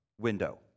window